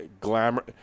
glamour